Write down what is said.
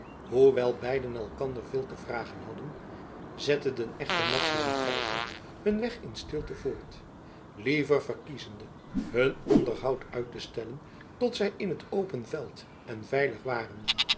hoewel beiden elkander veel te vragen hadden zetteden echter madzy en feiko hun weg in stilte voort liever verkiezende hun onderhoud uit te stellen tot zij in t open veld en veilig waren